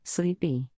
Sleepy